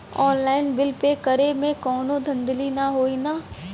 Online bill pay करे में कौनो धांधली ना होई ना?